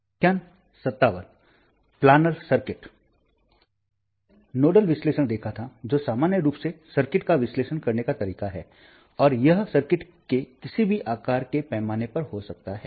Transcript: हमने नोडल विश्लेषण देखा था जो सामान्य रूप से सर्किट का विश्लेषण करने का तरीका है और यह सर्किट के किसी भी आकार के पैमाने पर हो सकता है